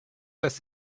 des